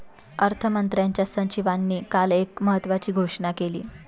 अर्थमंत्र्यांच्या सचिवांनी काल एक महत्त्वाची घोषणा केली